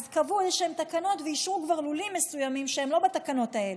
אז קבעו איזשהן תקנות וכבר אישרו לולים מסוימים שהם לא בתקנות האלה.